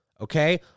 Okay